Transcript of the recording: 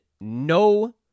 no